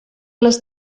les